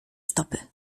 stopy